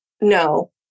No